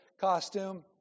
costume